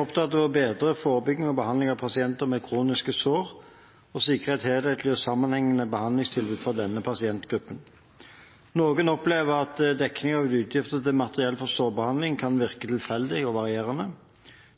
opptatt av å bedre forebygging og behandling av pasienter med kroniske sår og sikre et helhetlig og sammenhengende behandlingstilbud for denne pasientgruppen. Noen opplever at dekning av utgifter til materiell for sårbehandling kan virke tilfeldig og varierende.